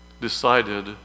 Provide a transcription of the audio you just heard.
decided